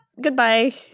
goodbye